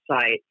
site